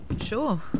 Sure